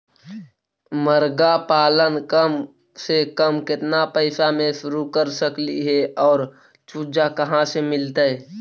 मरगा पालन कम से कम केतना पैसा में शुरू कर सकली हे और चुजा कहा से मिलतै?